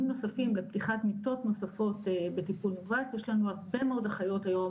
נוספים לפתיחת מיטות נוספות בטיפול נמרץ יש לנו הרבה מאוד אחיות היום